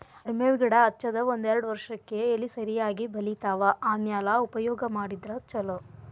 ಕರ್ಮೇವ್ ಗಿಡಾ ಹಚ್ಚದ ಒಂದ್ಯಾರ್ಡ್ ವರ್ಷಕ್ಕೆ ಎಲಿ ಸರಿಯಾಗಿ ಬಲಿತಾವ ಆಮ್ಯಾಲ ಉಪಯೋಗ ಮಾಡಿದ್ರ ಛಲೋ